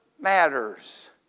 matters